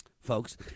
Folks